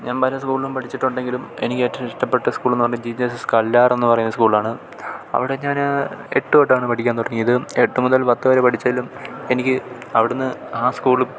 ഞാൻ പല സ്കൂളിലും പഠിച്ചിട്ടുണ്ടെങ്കിലും എനിക്ക് ഏറ്റവും ഇഷ്ടപ്പെട്ട സ്കൂളെന്നു പറഞ്ഞാൽ G G H S Kallar എന്നു പറയുന്ന സ്കൂളാണ് അവിടെ ഞാൻ എട്ട് തൊട്ടാണ് പഠിക്കാൻ തുടങ്ങിയത് എട്ട് മുതൽ പത്ത് വരെ പഠിച്ചാലും എനിക്ക് അവിടുന്ന് ആ സ്കൂളും